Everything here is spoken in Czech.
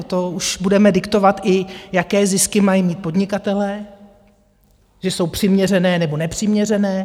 To už budeme diktovat i jaké zisky mají mít podnikatelé, že jsou přiměřené nebo nepřiměřené?